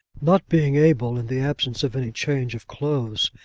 not being able, in the absence of any change of clothes,